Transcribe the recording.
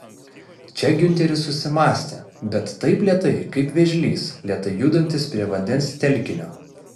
čia giunteris susimąstė bet taip lėtai kaip vėžlys lėtai judantis prie vandens telkinio